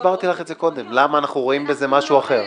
--- הסברתי לך קודם למה אנחנו רואים בזה משהו אחר.